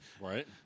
Right